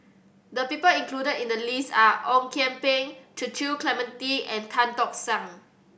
the people included in the list are Ong Kian Peng Cecil Clementi and Tan Tock San